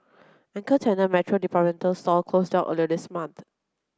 anchor tenant Metro department store closed down earlier this month